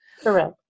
Correct